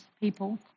people